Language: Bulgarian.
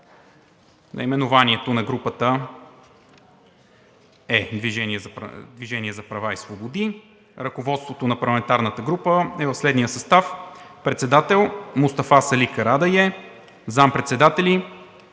Наименованието на групата е „Движение за права и свободи“. Ръководството на парламентарната групата е в следния състав: председател – Мустафа Сали Карадайъ; заместник-председатели